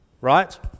right